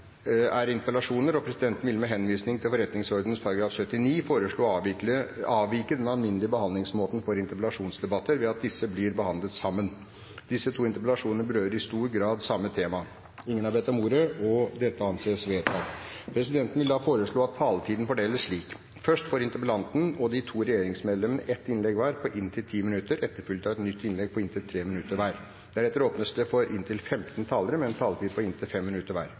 er interpellasjoner, og presidenten vil med henvisning til forretningsordenens § 79 foreslå å avvike den alminnelige behandlingsmåten for interpellasjonsdebatter ved at disse blir behandlet sammen. De to interpellasjonene berører i stor grad samme tema. – Ingen har bedt om ordet til dette, og det anses vedtatt. Presidenten vil da foreslå at taletiden fordeles slik: Først får interpellanten og de to regjeringsmedlemmene ett innlegg hver på inntil 10 minutter, etterfulgt av et nytt innlegg på inntil 3 minutter hver. Deretter åpnes det for inntil 15 talere med en taletid på inntil 5 minutter hver.